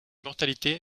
mortalité